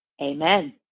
Amen